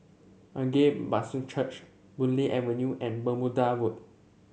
Agape Baptist Church Boon Lay Avenue and Bermuda Road